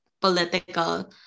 political